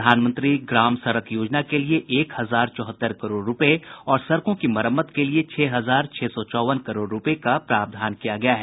प्रधानमंत्री ग्राम सड़क योजना के लिए एक हजार चौहत्तर करोड़ रुपये और सड़कों की मरम्मत के लिए छह हजार छह सौ चौवन करोड़ रुपये का प्रावधान किया गया है